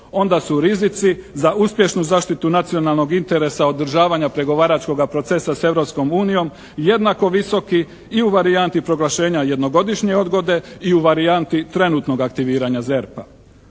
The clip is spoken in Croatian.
onda su rizici za uspješnu zaštitu nacionalnog interesa održavanja pregovaračkoga procesa sa Europskom unijom jednako visoki i u varijanti proglašenja jednogodišnje odluke i u varijanti trenutnog aktiviranja ZERP-a.